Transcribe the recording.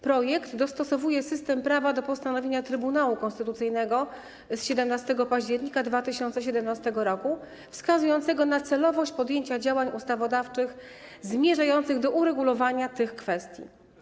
Projekt dostosowuje system prawa do postanowienia Trybunału Konstytucyjnego z 17 października 2017 r. wskazującego na celowość podjęcia działań ustawodawczych zmierzających do uregulowania tych kwestii.